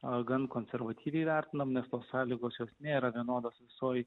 ar gan konservatyviai vertino blefo sąlygos jos nėra vienodos visoje